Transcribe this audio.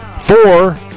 four